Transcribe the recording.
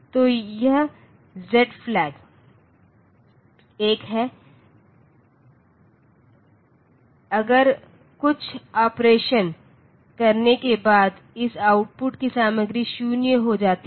तो यह फ्लैग 1 है अगर कुछ ऑपरेशन करने के बाद इस आउटपुट की सामग्री 0 हो जाती है